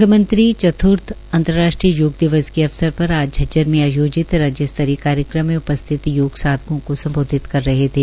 म्ख्यमंत्री चत्र्थ अंतर्राष्ट्रीय योग दिवस के अवसर पर आज झज्जर में आयोजित राज्य स्तरीय कार्यक्रम में उपस्थित योग साधकों को संबोधित कर रहे थे